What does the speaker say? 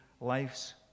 life's